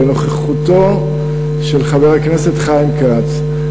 בנוכחותו של חבר הכנסת חיים כץ,